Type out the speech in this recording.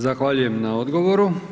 Zahvaljujem na odgovoru.